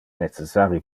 necessari